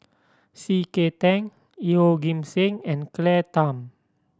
C K Tang Yeoh Ghim Seng and Claire Tham